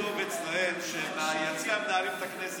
מה שטוב אצלם שמהיציע הם מנהלים גם את הכנסת.